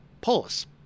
Polis